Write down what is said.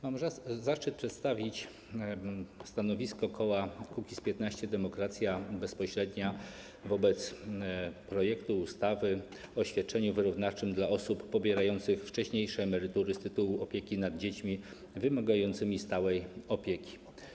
Mam zaszczyt przedstawić stanowisko koła Kukiz’15 - Demokracja Bezpośrednia wobec projektu ustawy o świadczeniu wyrównawczym dla osób pobierających wcześniejsze emerytury z tytułu opieki nad dziećmi wymagającymi stałej opieki.